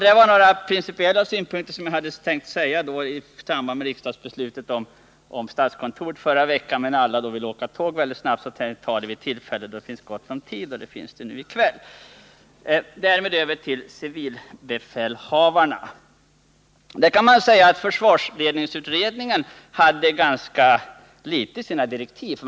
Detta var några principiella synpunkter som jag hade tänkt anföra i samband med riksdagsbeslutet om statskontoret förra veckan. Men alla ville då åka med sina tåg. Jag tänkte ta upp detta vid ett tillfälle då det finns gott om tid, och det finns nu i kväll. Därmed över till civilbefälhavarna. Försvarsledningsutredningen hade ganska litet i sina direktiv härom.